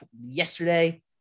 yesterday